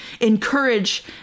encourage